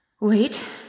wait